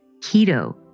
keto